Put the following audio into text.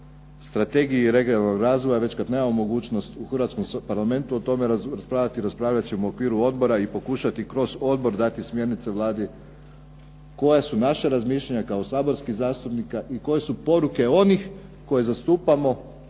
strategiji regionalnog razvoja već kad nemamo mogućnost u hrvatskom Parlamentu o tome raspravljati, raspravljati ćemo u okviru odbora i pokušati kroz odbor dati smjernice Vladi koja su naša razmišljanja kao saborskih zastupnika i koje su poruke onih koje zastupamo